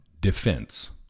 Defense